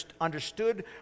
understood